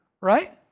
right